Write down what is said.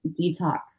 detox